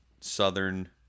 Southern